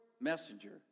messenger